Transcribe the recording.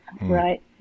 Right